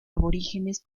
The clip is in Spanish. aborígenes